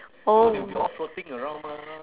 oh